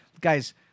guys